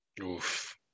Oof